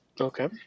Okay